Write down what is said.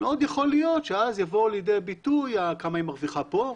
מאוד יכול להיות שאז יבואו לידי ביטוי כמה היא מרוויחה פה,